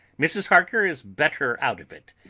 mrs. harker is better out of it.